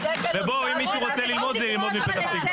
ואם מישהו רוצה ללמוד, זה ללמוד מפתח תקווה.